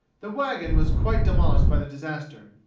the wagon was quite demolished by the disaster.